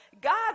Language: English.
God